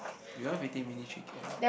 you run fifteen minutes three k_m